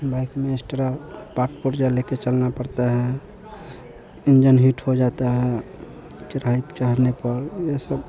bike में extra part पुर्ज़ा लेकर चलना पड़ता है इंजन हीट हो जाता है चढ़ाई पर चढ़ने पर ये सब